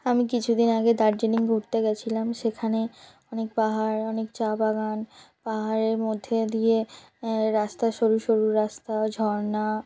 আমি কিছুদিন আগে দার্জিলিং ঘুরতে গেছিলাম সেখানে অনেক পাহাড় অনেক চা বাগান পাহাড়ের মধ্যে দিয়ে রাস্তা সরু সরু রাস্তা ও ঝর্ণা